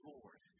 Lord